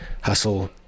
hustle